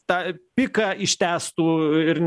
tą piką ištęstų ir